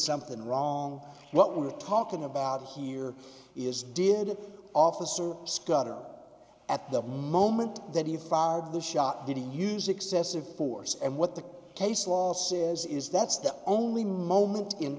something wrong what we're talking about here is did it officer scott or at the moment that he fired the shot did he use excessive force and what the case law says is that's the only moment in